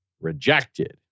rejected